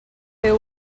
fer